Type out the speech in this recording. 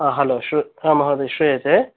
हा हलो हा महोदय श्रूयते